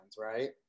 right